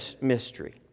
mystery